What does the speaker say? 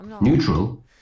neutral